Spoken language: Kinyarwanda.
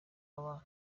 w’abana